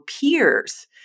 peers